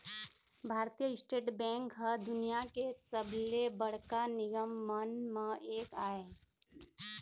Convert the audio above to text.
भारतीय State Bank ह दुनिया के सबले बड़का निगम मन म एक आय